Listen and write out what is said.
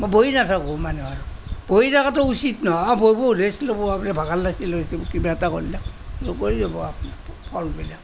মই বহি নাথাকোঁ মানুহে বহি থকাটো উচিত নহয় ভাবোঁ ৰেষ্ট ল'ব আপুনি ভাগৰ লাগিছে লৈ পিনি কিবা এটা কৰিলে কৰি যাব আপোনাৰ ফলবিলাক